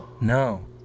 No